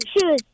shoes